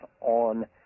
on